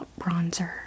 bronzer